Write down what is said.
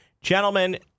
Gentlemen